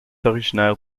originaire